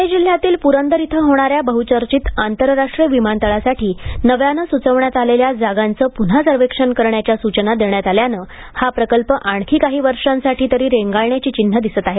पुणे जिल्ह्यातील पुरंदर इथं होणाऱ्या बहुचर्चित आंतरराष्ट्रीय विमानतळासाठी नव्यानं सुचवण्यात आलेल्या जागांचे पुन्हा सर्वेक्षण करण्याच्या सूचना देण्यात आल्यानं हा प्रकल्प आणखी काही वर्षांसाठी तरी रेंगाळण्याची चिन्ह दिसत आहेत